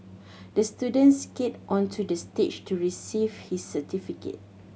the student skat onto the stage to receive his certificate